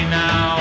now